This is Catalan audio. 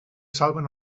salven